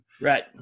Right